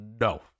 no